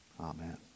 Amen